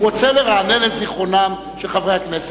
הוא רוצה לרענן את זיכרונם של חברי הכנסת.